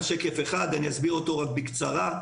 אסביר אותו בקצרה.